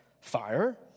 fire